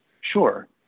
Sure